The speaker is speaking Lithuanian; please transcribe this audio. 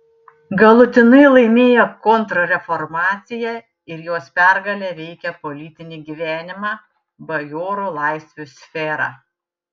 galutinai laimėjo kontrreformacija ir jos pergalė veikė politinį gyvenimą bajorų laisvių sferą